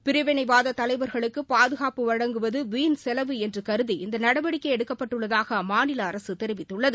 பிரிவினவாத தலைவர்களுக்கு பாதுகாப்பு வழங்குவது வீண் செலவு என்று கருதி இந்த நடவடிக்கை எடுக்கப்பட்டுள்ளதாக அம்மாநில அரசு தெரிவித்துள்ளது